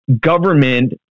government